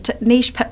niche